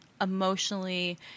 emotionally